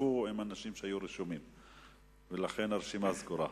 שהתחלפו עם אנשים שהיו רשומים, ולכן הרשימה סגורה.